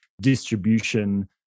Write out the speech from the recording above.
distribution